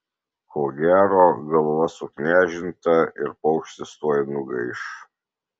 ko gero galva suknežinta ir paukštis tuoj nugaiš